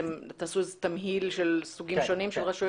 תעשו תמהיל של סוגים שונים של רשויות?